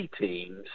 teams